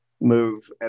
move